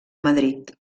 madrid